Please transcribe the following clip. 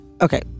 Okay